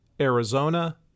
Arizona